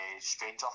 Stranger